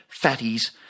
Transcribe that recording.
fatties